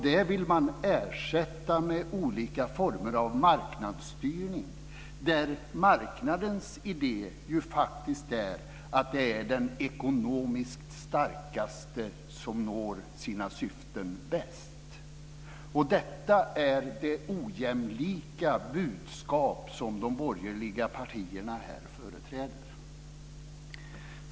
Det vill man ersätta med olika former av marknadsstyrning där marknadens idé ju faktiskt är att det är den ekonomiskt starkaste som når sina syften bäst. Detta är det ojämlika budskap som de borgerliga partierna här företräder.